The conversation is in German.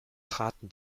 traten